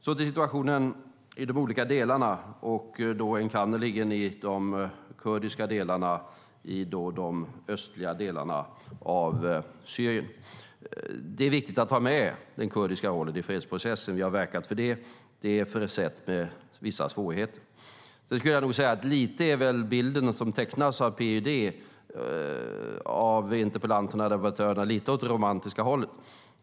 Så till situationen i de olika delarna, och då enkannerligen de kurdiska delarna i de östliga delarna av Syrien. Det är viktigt att ha med den kurdiska delen i fredsprocessen. Vi har verkat för det, men det är försett med vissa svårigheter. Sedan skulle jag nog säga att den bild av PYD som tecknas av debattörerna är lite åt det romantiska hållet.